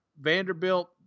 Vanderbilt